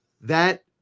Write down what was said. that-